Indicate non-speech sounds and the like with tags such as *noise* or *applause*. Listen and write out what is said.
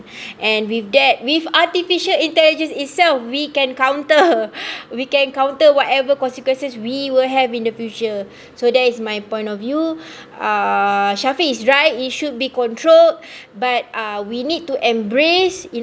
and with that with artificial intelligence itself we can counter *laughs* we can counter whatever consequences we will have in the future *breath* so that is my point of view uh shafiq is right it should be controlled *breath* but uh we need to embrace in